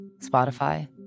Spotify